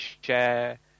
share